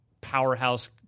powerhouse